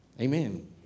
Amen